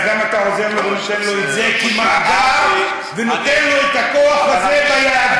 אז למה אתה עוזר לו ונותן לו את זה כמאגר ונותן לו את הכוח הזה ביד?